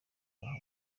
waha